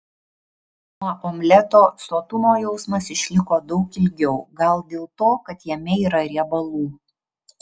nuo omleto sotumo jausmas išliko daug ilgiau gal dėl to kad jame yra riebalų